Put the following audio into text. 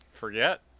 forget